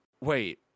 wait